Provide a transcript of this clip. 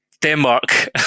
Denmark